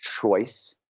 choice